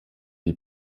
die